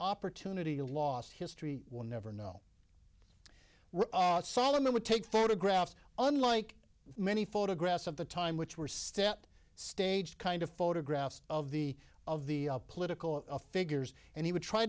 opportunity lost history will never know solomon would take photographs unlike many photographs of the time which were step stage kind of photographs of the of the political figures and he would try